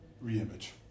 re-image